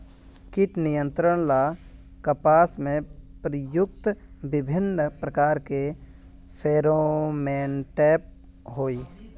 कीट नियंत्रण ला कपास में प्रयुक्त विभिन्न प्रकार के फेरोमोनटैप होई?